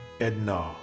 Edna